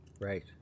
Right